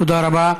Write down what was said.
תודה רבה.